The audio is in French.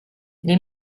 les